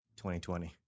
2020